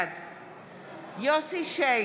בעד יוסף שיין,